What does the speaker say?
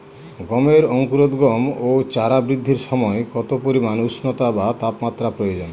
গমের অঙ্কুরোদগম ও চারা বৃদ্ধির সময় কত পরিমান উষ্ণতা বা তাপমাত্রা প্রয়োজন?